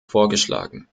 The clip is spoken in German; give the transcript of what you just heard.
vorgeschlagen